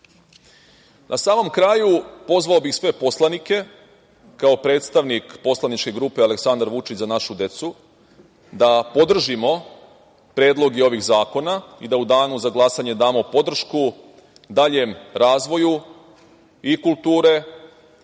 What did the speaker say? samom kraju, pozvao bih sve poslanike kao predstavnik poslaničke grupe "Aleksandar Vučić - Za našu decu" da podržimo predloge ovih zakona i da u Danu za glasanje damo podršku daljem razvoju i kulture,